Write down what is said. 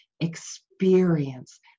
experience